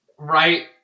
Right